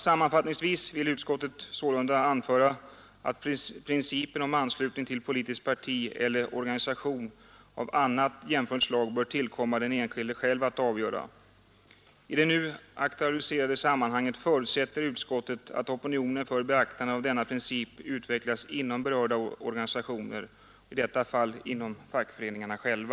Sammanfattningsvis vill utskottet sålunda anföra att principen om anslutning till politiskt parti eller organisation av annat jämförligt slag bör tillkomma den enskilde själv att avgöra. I det nu aktualiserade sammanhanget förutsätter utskottet att opinion för beaktandet av denna princip utvecklas inom berörda organisationer, i detta fall inom fackföreningarna själva.